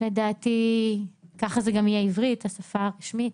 לדעתי ככה זה גם יהיה עברית, השפה הרשמית.